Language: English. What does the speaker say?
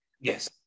yes